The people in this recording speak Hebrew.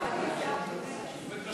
חבר הכנסת איל בן ראובן,